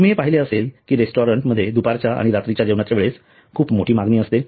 तुम्ही हे पाहिले असेल कि रेस्टॉरंट मध्ये दुपारच्या आणि रात्रीच्या जेवणाच्या वेळेस खूप मोठी मागणी असते